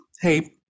hey